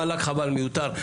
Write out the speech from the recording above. המל"ג, חבל, מיותר.